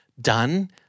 done